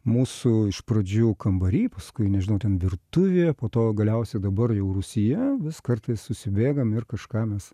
mūsų iš pradžių kambary paskui nežinau ten virtuvėje po to galiausiai dabar jau rūsyje vis kartais susibėgam ir kažką mes